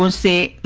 and c